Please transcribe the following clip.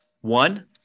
One